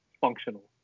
functional